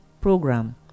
program